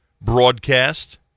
broadcast